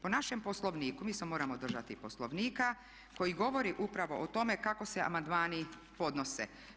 Po našem Poslovniku, mi se moramo držati i Poslovnika koji govori upravo o tome kako se amandmani podnose.